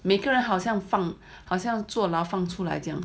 每个人好像放好像坐牢放出来这样